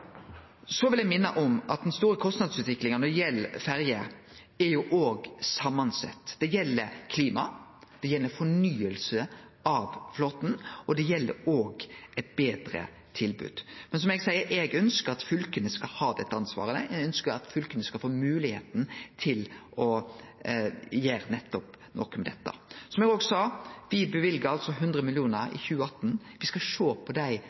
Eg vil minne om at den store kostnadsutviklinga når det gjeld ferjer, òg er samansett. Det gjeld klima, det gjeld fornying av flåten, og det gjeld eit betre tilbod. Men som eg seier, ønskjer eg at fylka skal ha dette ansvaret. Eg ønskjer at fylka skal få moglegheita til å gjere noko med dette. Me løyvde 100 mill. kr i 2018. Me skal sjå på dei